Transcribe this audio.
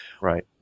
right